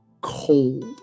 cold